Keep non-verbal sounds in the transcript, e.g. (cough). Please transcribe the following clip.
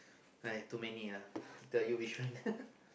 (noise) too many ah to tell you which one (laughs)